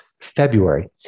February